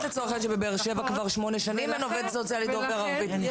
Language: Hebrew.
בבאר שבע כבר שמונה שנים אין עובד סוציאלי דובר ערבית.